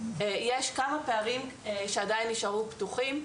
יש כמה פערים שעדיין נשארו פתוחים,